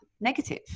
negative